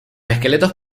esqueletos